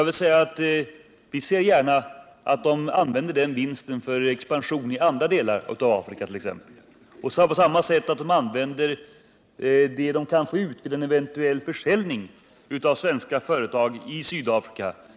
Vi ser gärna att de använder den vinsten för expansion i andra delar av Afrika — och att de på samma sätt använder det de kan få ut vid en eventuell försäljning av svenska företag i Sydafrika.